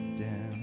down